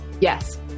yes